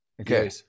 Okay